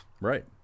right